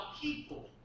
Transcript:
people